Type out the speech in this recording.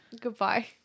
Goodbye